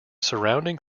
surrounding